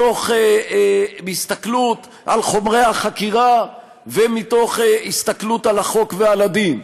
מתוך הסתכלות על חומרי החקירה ומתוך הסתכלות על החוק ועל הדין.